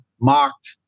mocked